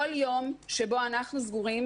כל יום שבו אנחנו סגורים,